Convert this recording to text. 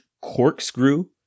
corkscrew